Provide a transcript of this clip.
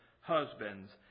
husbands